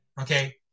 okay